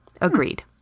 Agreed